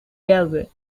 galway